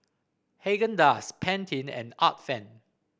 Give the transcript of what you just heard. Haagen Dazs Pantene and Art Friend